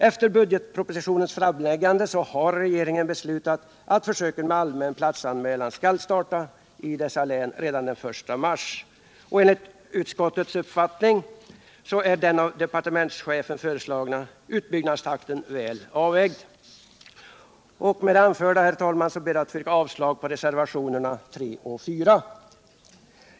Efter budgetpropositionens framläggande har regeringen beslutat att försöken med allmän platsanmälan skall starta i dessa län redan den 1 mars. Enligt utskottets uppfattning är den Med det anförda ber jag, herr talman, att få yrka avslag på reservationerna 3 och 4.